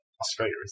Australia